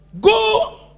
go